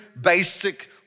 basic